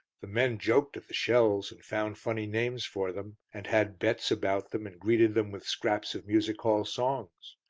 the men joked at the shells, and found funny names for them, and had bets about them, and greeted them with scraps of music-hall songs.